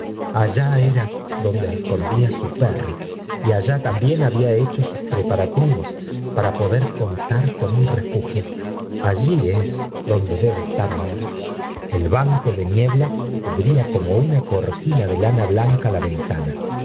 allá mu donde escondía su perro y allá también lmbía lincho sus preparativos para poder contar non un refugio allá es donde debe estar ahora el banco de niebla cubría nonio una cortina de lana blanca la ventana